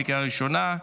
בקריאה ראשונה.